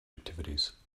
activities